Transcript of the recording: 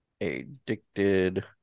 addicted